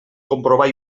comprovar